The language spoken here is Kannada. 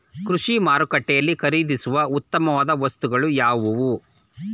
ಕೃಷಿ ಮಾರುಕಟ್ಟೆಯಲ್ಲಿ ಖರೀದಿಸುವ ಉತ್ತಮವಾದ ವಸ್ತುಗಳು ಯಾವುವು?